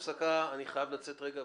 אתמול החלטתם שהגזבר יהיה אחראי על הגבייה.